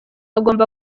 agomba